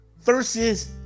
versus